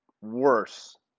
worse